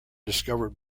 discovered